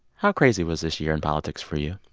how crazy was this year in politics for you?